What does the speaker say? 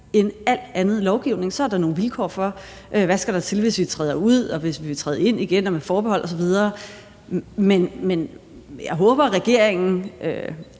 end al anden lovgivning. Så er der nogle vilkår for, hvad der skal til, hvis vi træder ud, og hvis vi vil træde ind igen, og med forbehold osv. Men jeg håber, at regeringen